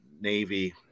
Navy